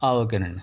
ఆ ఓకేనండి